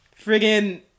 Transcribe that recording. friggin